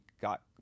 got